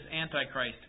Antichrist